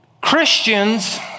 Christians